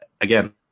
again